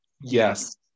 yes